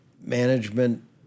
management